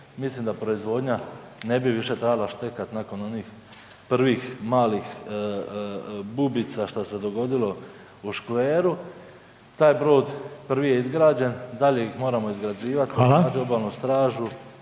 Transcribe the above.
mislim da proizvodnja ne bi više trebala štekati nakon onih prvih malih bubica što se dogodilo u škveru. Taj brod prvi je izgrađen, dalje ih moramo izgrađivat i … /Govornici